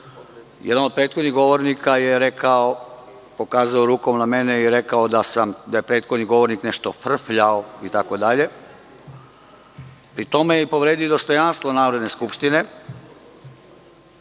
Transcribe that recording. od prethodnih govornika je rekao, pokazao rukom na mene i rekao da je prethodni govornik nešto „frfljao“. Pri tome je povredio i dostojanstvo Narodne skupštine,